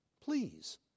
Please